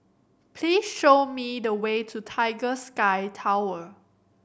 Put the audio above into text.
please show me the way to Tiger Sky Tower